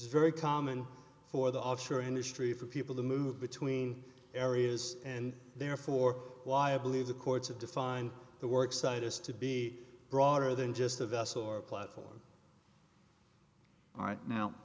it's very common for the offshore industry for people to move between areas and therefore why i believe the courts have defined the work site has to be broader than just a vessel or platform all right now